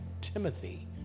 Timothy